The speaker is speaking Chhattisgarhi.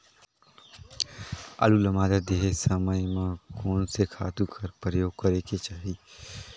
आलू ल मादा देहे समय म कोन से खातु कर प्रयोग करेके चाही?